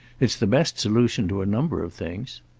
it's the best solution to a number of things.